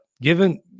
given